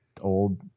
old